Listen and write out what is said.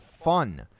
fun